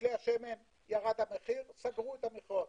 פצלי השמן ירד המחיר - סגרו את המכרות.